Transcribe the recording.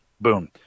Boom